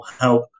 help